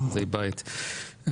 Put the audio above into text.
אשפוזי בית,